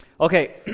Okay